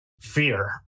fear